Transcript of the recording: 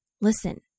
listen